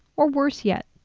or worse yet,